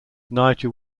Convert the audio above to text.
niger